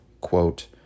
quote